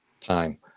time